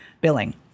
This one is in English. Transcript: billing